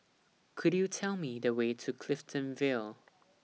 Could YOU Tell Me The Way to Clifton Vale